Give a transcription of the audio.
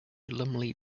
lumley